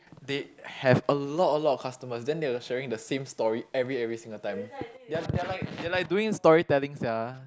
they have a lot a lot of customers then they will sharing the same story every every single time they are like they are like doing storytelling sia